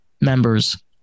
members